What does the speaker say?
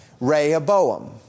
Rehoboam